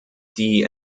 die